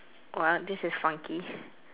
what this is funky